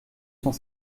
cent